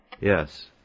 Yes